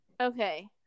Okay